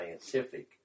scientific